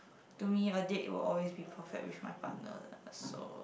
to me a date will always be perfect with my partner lah so